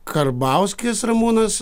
karbauskis ramūnas